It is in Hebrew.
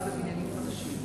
גם בבניינים חדשים,